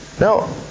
Now